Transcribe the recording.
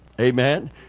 Amen